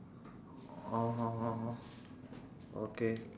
oh okay